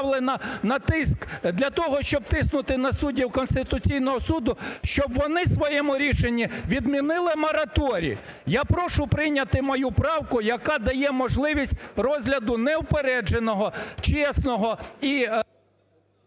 тиск для того, щоб тиснути на суддів Конституційного Суду, щоб вони у своєму рішенні відмінили мораторій. Я прошу прийняти мою правку, яка дає можливість розгляду неупередженого, чесного…